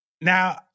Now